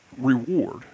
reward